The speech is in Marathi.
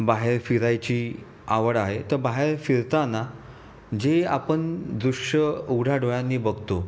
बाहेर फिरायची आवड आहे तर बाहेर फिरताना जे आपण दृश्य उघड्या डोळ्यांनी बघतो